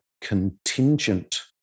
contingent